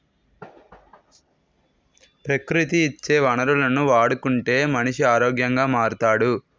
ప్రకృతి ఇచ్చే వనరులను వాడుకుంటే మనిషి ఆరోగ్యంగా మారుతాడు